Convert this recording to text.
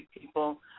people